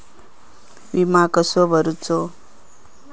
विमा कसो भरूचो?